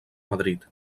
madrid